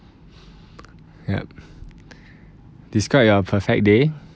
yup describe your perfect day